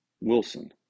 Wilson